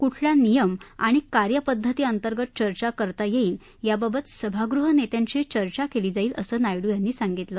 कुठल्या नियम आणि कार्यपद्धतीअंतर्गत चर्चा करता येईल याबाबत सभागृह नेत्यांशी चर्चा केली जाईल असं नायडू यांनी सांगितलं